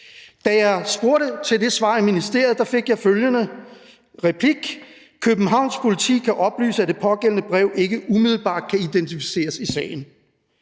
Da jeg spurgte til det svar i ministeriet, fik jeg følgende replik: Københavns Politi kan oplyse, at det pågældende brev ikke umiddelbart kan identificeres i sagen.